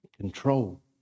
control